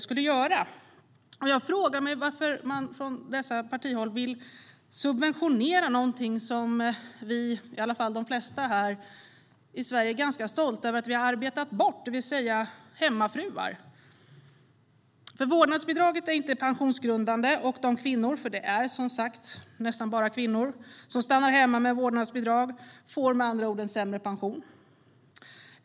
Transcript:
Men jag frågar mig varför dessa partier vill subventionera något som de flesta i Sverige är stolta över att vi har arbetat bort, det vill säga hemmafrun. Vårdnadsbidraget är inte pensionsgrundande. De kvinnor som stannar hemma - det är nästan bara kvinnor - med vårdnadsbidrag får med andra ord en sämre pension.